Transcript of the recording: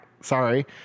Sorry